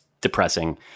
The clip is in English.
depressing